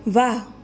વાહ